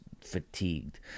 fatigued